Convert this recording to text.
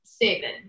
David